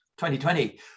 2020